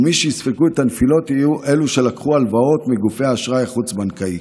ומי שיספגו את הנפילות יהיו אלו שלקחו הלוואות מגופי אשראי חוץ-בנקאיים.